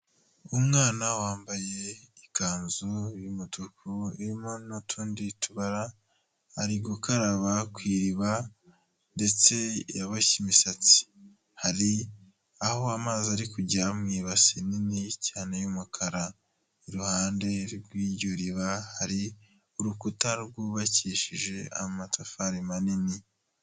Umwana wambaye ikanzu y'umutuku, irimo n'utundi tubara, ari gukaraba ku iriba ndetse yaboshye imisatsi, hari aho amazi ari kujya mu ibase nini cyane y'umukara, iruhande rw'iryo riba hari urukuta rwubakishije amatafari manini.